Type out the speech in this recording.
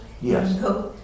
yes